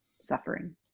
suffering